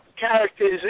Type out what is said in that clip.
characters